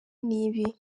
n’ibi